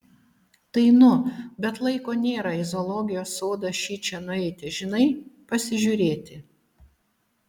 tai nu bet laiko nėra į zoologijos sodą šičia nueiti žinai pasižiūrėti